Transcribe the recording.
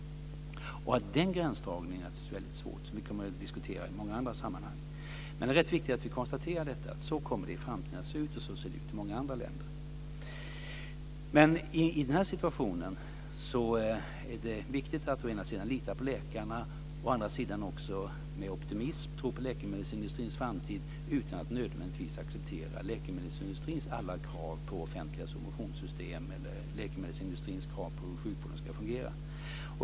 Den gränsdragningen kommer naturligtvis att bli väldigt svår, och det kommer vi att diskutera i många andra sammanhang. Men det är rätt viktigt att vi konstaterar att det kommer att se ut så i framtiden, och så ser det ut i många andra länder. I den här situationen är det viktigt att å ena sidan lita på läkarna och å andra sidan med optimism tro på läkemedelsindustrins framtid utan att nödvändigtvis acceptera läkemedelsindustrins alla krav på offentliga subventionssystem eller läkemedelsindustrins krav på hur sjukvården ska fungera.